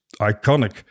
iconic